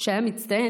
שהיה מצטיין,